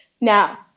Now